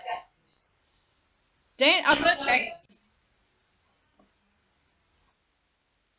then after check